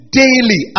daily